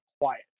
quiet